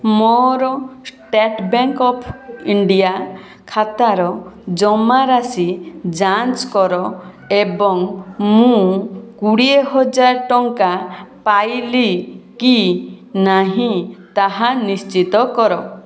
ମୋର state bank of India ଖାତାର ଜମାରାଶି ଯାଞ୍ଚ କର ଏବଂ ମୁଁ କୋଡ଼ିଏ ହଜାର ଟଙ୍କା ପାଇଲି କି ନାହିଁ ତାହା ନିଶ୍ଚିତ କର